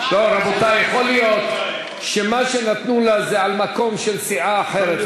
יכול להיות שמה שנתנו לו זה על מקום של סיעה אחרת,